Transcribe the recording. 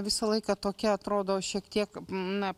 visą laiką tokia atrodo šiek tiek na